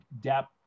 depth